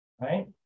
Right